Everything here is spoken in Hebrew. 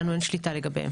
לנו אין שליטה לגביהם.